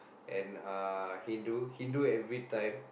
and uh Hindu Hindu everytime